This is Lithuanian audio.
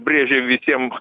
brėžė visiems